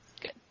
good